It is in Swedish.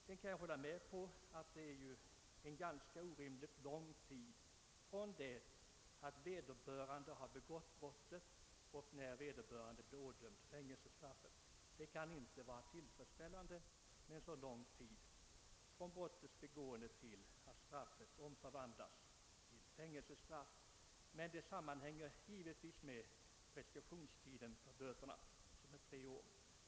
Jag kan också hålla med om att det går orimligt lång tid från det att vederbörande begått brottet och tills fängelsestraffet utmäts. Det kan inte vara tillfredsställande med så lång tid från brottets begående till dess att straffet omvandlas till fängelse, men det sammanhänger givetvis med preskriptionstiden för böterna, som är tre år.